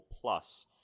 Plus